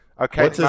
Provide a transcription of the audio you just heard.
Okay